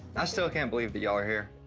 i still can't believe that ya'll are here.